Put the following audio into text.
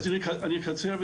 אני אקצר.